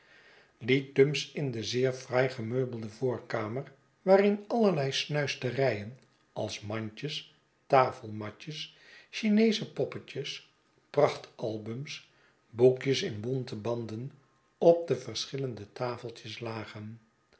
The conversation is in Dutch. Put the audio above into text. dumps in de zeer fraai gemeubelde voorkamer waarin allerlei snuisterijen als mandjes tafelmatjes chinesche poppetjes prachtalbums boekjes inbonte banden op de verschillende tafeltjes lagen